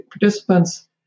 participants